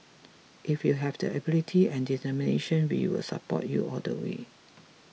if you have the ability and determination we will support you all the way